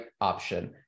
option